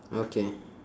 okay